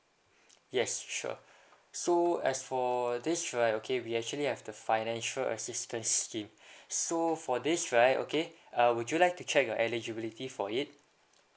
yes sure so as for this right okay we actually have the financial assistance scheme so for this right okay uh would you like to check your eligibility for it